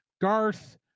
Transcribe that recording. Garth